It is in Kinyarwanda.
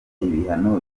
ibihano